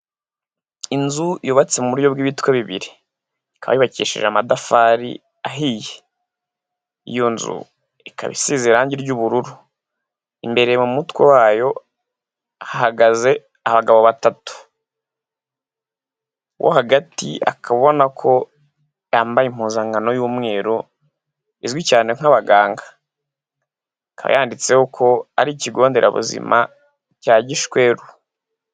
Inzu yubatse mu buryo bw'ibitwe bibiri ikabakeshije amatafari ahiye iyo nzu ikaba isize irangi ry'ubururu imbere mu mutwe wayo hagaze batatu hagatibona ko ya impuzankan y'umweru izwi cyane nk'abagangayandi ko ari ikigo nderabuzima cya gishweru.